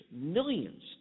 millions